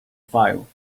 file